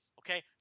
Okay